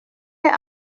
est